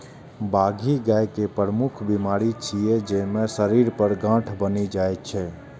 बाघी गाय के प्रमुख बीमारी छियै, जइमे शरीर पर गांठ बनि जाइ छै